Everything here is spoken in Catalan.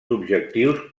objectius